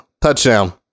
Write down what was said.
touchdown